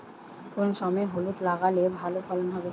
কোন সময় হলুদ লাগালে ভালো ফলন হবে?